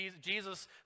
Jesus